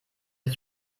sie